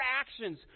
actions